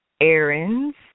errands